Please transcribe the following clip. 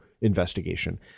investigation